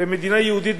במדינה יהודית,